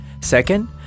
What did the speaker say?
Second